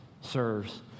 serves